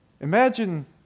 Imagine